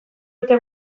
dute